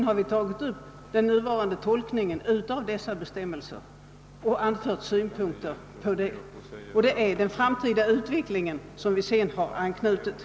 Vi har endast tagit upp den nuvarande tolkningen av dessa bestämmelser och anfört synpunkter på dessa för att sedan anknyta till den framtida utvecklingen.